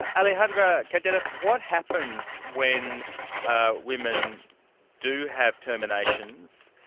alejandra cardenas, what happens when women do have terminations,